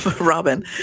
Robin